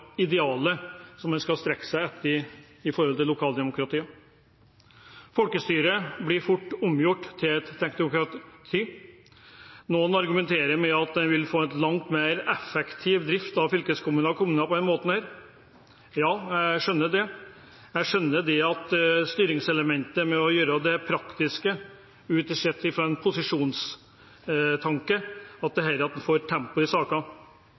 som en skal strekke seg etter i lokaldemokratiet. Folkestyret blir fort omgjort til et teknokrati. Noen argumenterer med at en vil få en langt mer effektiv drift av fylkeskommuner og kommuner på denne måten. Ja, jeg skjønner det. Jeg skjønner det praktiske med styringselementet, med tanke på posisjon, at en får tempo i sakene. Men de som ikke sitter i ledelsen, enten i